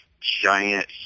giant